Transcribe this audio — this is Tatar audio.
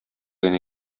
генә